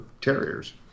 Terriers